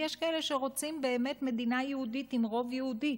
ויש כאלה שרוצים באמת מדינה יהודית עם רוב יהודי.